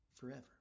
forever